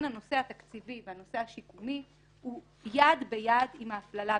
הנושא התקציבי והנושא השיקומי הוא יד ביד עם ההפללה.